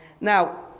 now